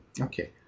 Okay